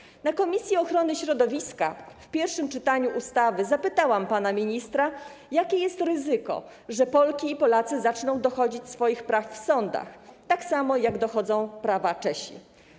Na posiedzeniu komisji ochrony środowiska, podczas pierwszego czytania ustawy zapytałam pana ministra, jakie jest ryzyko, że Polki i Polacy zaczną dochodzić swoich praw w sądach, tak samo jak dochodzą prawa Czesi.